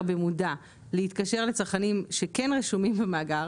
במודע להתקשר לצרכנים שכן רשומים במאגר,